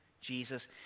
Jesus